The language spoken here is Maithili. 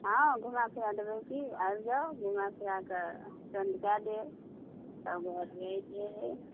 हँ घुमाए फिराए देबै की आबि जाउ घुमाए फिराए कऽ कए देब तब घर भेज देब